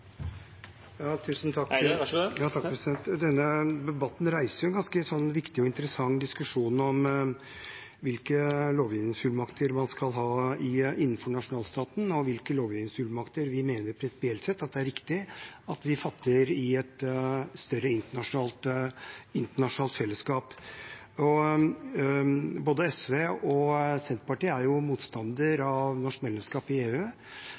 Denne debatten reiser en ganske viktig og interessant diskusjon om hvilke lovgivningsfullmakter man skal ha innenfor nasjonalstaten, og hvilke lovgivningsfullmakter vi mener prinsipielt sett det er riktig at vi fatter i et større internasjonalt fellesskap. Både SV og Senterpartiet er motstander av norsk medlemskap i EU,